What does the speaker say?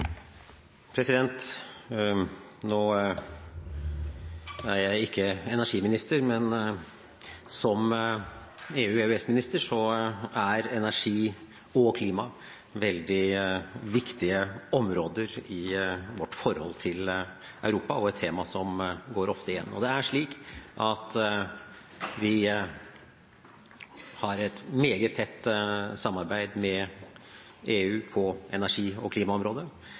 Nå er ikke jeg energiminister, men sier som EU- og EØS-minister: Energi og klima er veldig viktige områder i vårt forhold til Europa og et tema som ofte går igjen. Vi har et meget tett samarbeid med EU på energi- og klimaområdet,